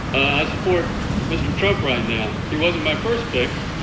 i support mr. trump right now, he wasn't my first pick.